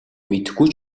мэдэхгүй